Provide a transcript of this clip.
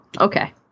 Okay